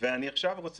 יש